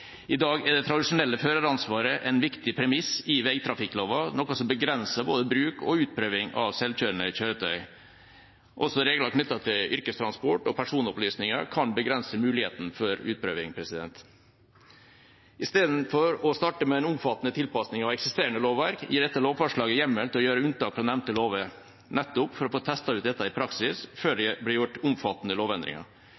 I dag er det tradisjonelle føreransvaret en viktig premiss i veitrafikkloven, noe som begrenser både bruk og utprøving av selvkjørende kjøretøy. Også regler knyttet til yrkestransport og personopplysninger kan begrense muligheten for utprøving. Istedenfor å starte med en omfattende tilpasning av eksisterende lovverk gir dette lovforslaget hjemmel for å gjøre unntak fra de nevnte lovene, nettopp for å få testet ut dette i praksis før det